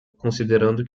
considerando